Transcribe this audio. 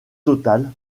total